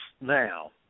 now